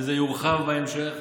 וזה יורחב בהמשך.